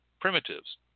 primitives